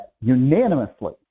unanimously